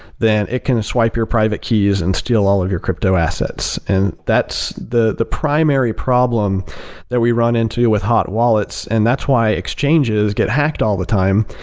then it can swipe your private keys and steal all of your crypto assets, and that's the the primary problem that we run into with hot wallets, and that's why exchanges get hacked all the time,